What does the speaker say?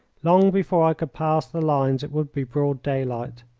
long before i could pass the lines it would be broad daylight.